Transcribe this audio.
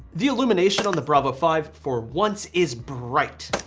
the illumination on the bravo five for once is bright,